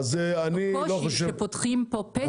הקושי הוא שפותחים פה פתח בתחום הניידות.